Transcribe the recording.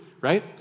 Right